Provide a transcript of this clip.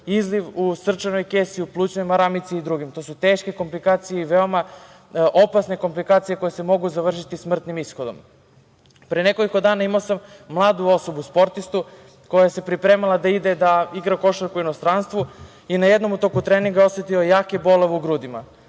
izliv u srčanoj kesi, u plućnoj maramici i drugim. To su teške komplikacije i veoma opasne komplikacije koje se mogu završiti smrtnim ishodom. Pre nekoliko dana imao sam mladu osobu, sportistu koja se pripremala da ide košarku u inostranstvu i na jednom u toku treninga je osetila jake bolove u grudima.